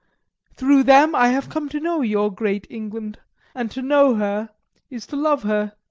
through them i have come to know your great england and to know her is to love her.